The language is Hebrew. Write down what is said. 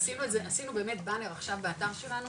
עשינו באמת עכשיו בנר באתר שלנו,